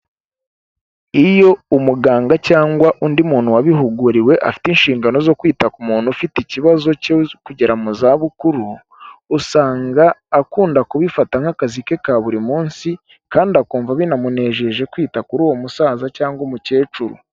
Iyo umuganga cyangwa undi muntu wabihuguriwe afite inshingano zo kwita ku muntu ufite ikibazo cyo kugera mu zabukuru, usanga akunda kubifata nk'akazi ke ka buri munsi kandi akumva binamunejeje kwita kuri uwo musaza cyangwa umukecuru.